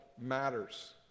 matters